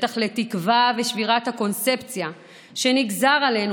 פתח לתקווה ושבירת הקונספציה שנגזר עלינו